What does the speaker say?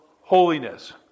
holiness